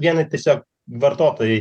vienai tiesiog vartotojai